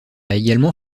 également